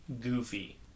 goofy